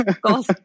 Goals